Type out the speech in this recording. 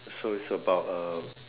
so is about uh